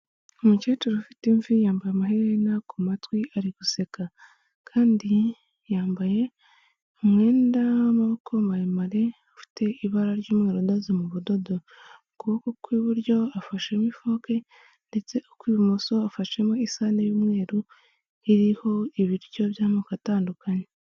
Umukecuru ufite imvi yambaye amaherena ku matwi ari guseka, kandi yambaye umwenda w'amaboko maremare ufite ibara ry'umweru udoze mu budodo, ukuboko kw'iburyo afashemo ifoke ndetse ukw'ibumoso afashemo isahani y'umweru iriho ibiryo by'amoko atandukanye.